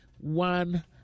one